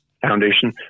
foundation